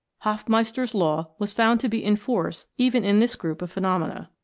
hofmeister's law was found to be in force even in this group of phenomena.